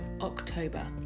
October